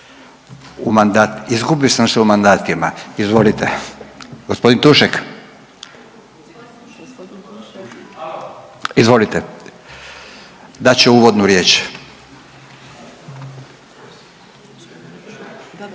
u mandat, izgubio sam se u mandatima. Izvolite, g. Tušek. Izvolite. Dat će uvodnu riječ.